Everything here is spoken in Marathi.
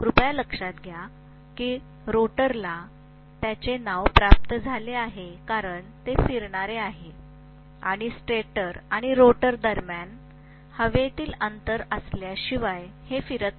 कृपया लक्षात घ्या की रोटरला त्याचे नाव प्राप्त झाले आहे कारण ते फिरणार आहे आणि स्टेटर आणि रोटर दरम्यान हवेतील अंतर असल्याशिवाय हे फिरत नाही